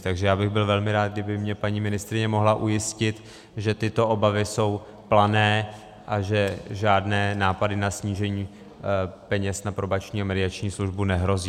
Takže já bych byl velmi rád, kdyby mě paní ministryně mohla ujistit, že tyto obavy jsou plané a že žádné nápady na snížení peněz na Probační a mediační službu nehrozí.